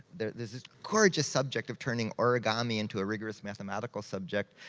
there's this gorgeous subject of turning origami into a rigorous mathematical subject.